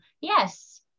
Yes